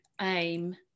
aim